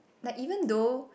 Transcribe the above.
like even though